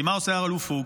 כי מה עושה האלוף פוקס?